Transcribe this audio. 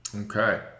Okay